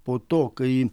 po to kai